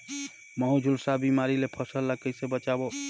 महू, झुलसा बिमारी ले फसल ल कइसे बचाबो?